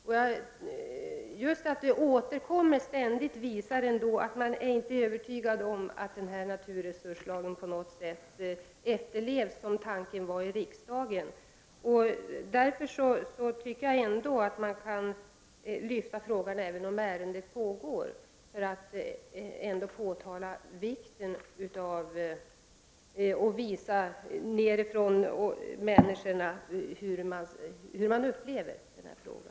Att sådana debatter återkommer ständigt visar att man inte är övertygad om att naturresurslagen efterlevs som tanken var i riksdagen. Därför tycker jag att man kan ta upp frågan, även om behandling av ärendet pågår, för att framhålla vikten av frågan och visa hur människorna upplever den.